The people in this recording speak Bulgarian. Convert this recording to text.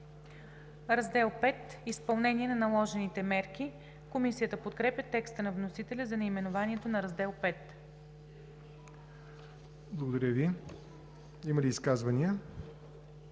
„Раздел V –Изпълнение на наложените мерки“. Комисията подкрепя текста на вносителя за наименованието на Раздел V. ПРЕДСЕДАТЕЛ ЯВОР НОТЕВ: Има ли изказвания?